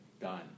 Done